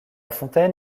fontaine